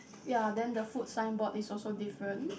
ya then the food signboard is also different